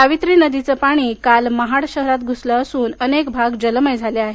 सावित्री नदीचं पाणी काल महाड शहरात घुसलं असून अनेक भाग जलमय झाले आहेत